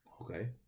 Okay